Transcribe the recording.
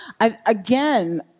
again